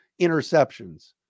interceptions